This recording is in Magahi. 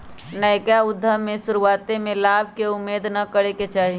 नयका उद्यम में शुरुआते में लाभ के उम्मेद न करेके चाही